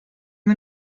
wir